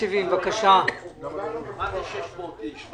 גם אין להם עזרה בצהרונים וכל שאר הדברים